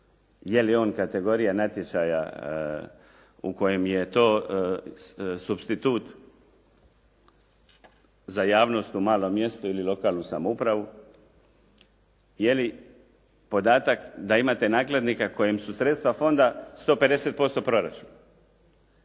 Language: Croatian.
je li on kategorija natječaja u kojem je to supstitut za javnost u malom mjestu ili lokalnu samoupravu? Je li podatak da imate nakladnika kojem su sredstva fonda 150% proračuna?